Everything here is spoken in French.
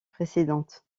précédentes